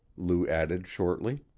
lou added shortly.